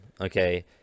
Okay